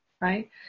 right